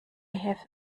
have